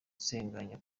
sanganya